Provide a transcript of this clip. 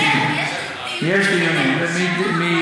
יש דיונים, אבל אין החלטה.